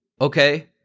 okay